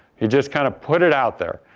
he just kind of put it out there.